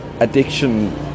addiction